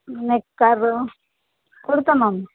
నిక్కరు కుడతాం